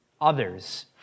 others